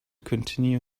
continue